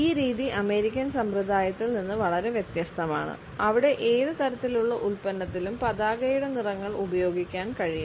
ഈ രീതി അമേരിക്കൻ സമ്പ്രദായത്തിൽ നിന്ന് വളരെ വ്യത്യസ്തമാണ് അവിടെ ഏത് തരത്തിലുള്ള ഉൽപ്പന്നത്തിലും പതാകയുടെ നിറങ്ങൾ ഉപയോഗിക്കാൻ കഴിയും